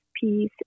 peace